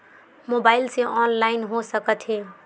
Mobile से online हो सकत हे?